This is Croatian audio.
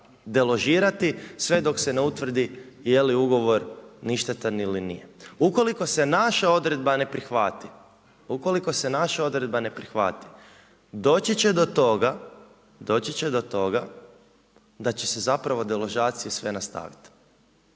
deložirati sve dok se ne utvrdi jeli ugovor ništetan ili nije. Ukoliko se naša odredba ne prihvati, doći će do toga da će se zapravo deložacije sve nastaviti